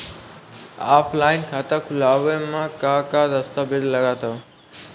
Offline खाता खुलावे म का का दस्तावेज लगा ता?